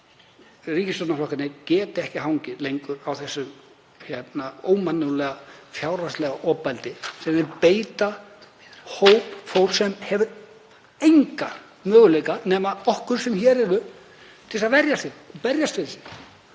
að því að ríkisstjórnarflokkarnir geti ekki hangið lengur á þessu ómannúðlega fjárhagslega ofbeldi sem þeir beita hóp fólks sem hefur enga möguleika nema okkur sem hér erum til þess að verja sig og berjast fyrir sig.